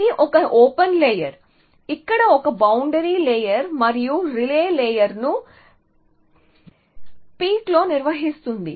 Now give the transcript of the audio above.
ఇది ఒక open layer ఇక్కడ ఒక బౌండరీ లేయర్ మరియు రిలే లేయర్ను పీక్లో నిర్వహిస్తుంది